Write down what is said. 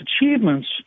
achievements